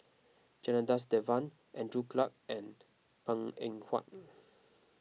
Janadas Devan Andrew Clarke and Png Eng Huat